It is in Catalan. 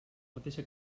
mateixa